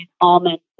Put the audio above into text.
almonds